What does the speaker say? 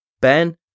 Ben